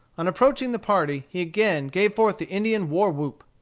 on approaching the party, he again gave forth the indian war-whoop.